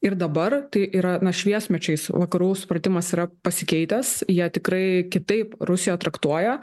ir dabar tai yra na šviesmečiais vakarų supratimas yra pasikeitęs jie tikrai kitaip rusiją traktuoja